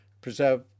preserve